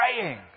praying